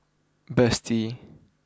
Betsy